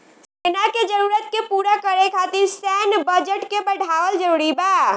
सेना के जरूरत के पूरा करे खातिर सैन्य बजट के बढ़ावल जरूरी बा